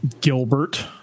Gilbert